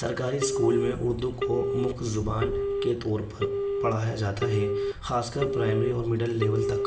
سرکاری اسکول میں اردو کو مکھیہ زبان کے طور پر پڑھایا جاتا ہے خاص کر پرائمری اور مڈل لیول تک